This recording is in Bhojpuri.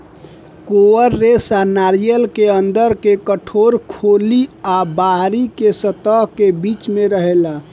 कॉयर रेशा नारियर के अंदर के कठोर खोली आ बाहरी के सतह के बीच में रहेला